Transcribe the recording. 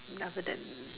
then after that